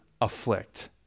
afflict